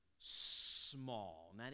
small